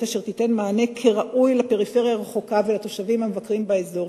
אשר תיתן מענה כראוי לפריפריה הרחוקה ולתושבים המבקרים באזור,